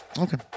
Okay